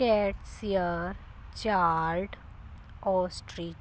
cats C R chart ostrich